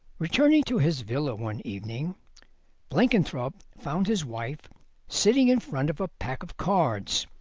returning to his villa one evening blenkinthrope found his wife sitting in front of a pack of cards,